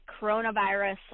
coronavirus